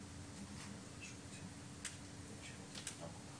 תשיב לנו תשובה.